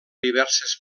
diverses